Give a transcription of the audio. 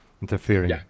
interfering